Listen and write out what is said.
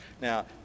Now